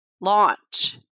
launch